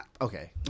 okay